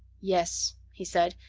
yes, he said,